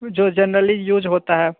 जो generally use होता है